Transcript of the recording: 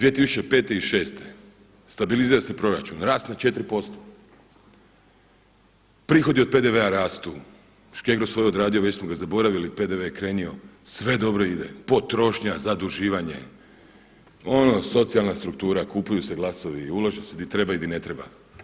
2005., 6. stabilizira se proračun, rast na 4%, prihodi od PDV-a rastu, Škegro je svoje odradio, već smo ga zaboravili PDV-e je krenuo, sve dobro ide, potrošnja, zaduživanje, ono socijalna struktura kupuju se glasovi, ulaže se gdje treba i gdje ne treba.